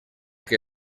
que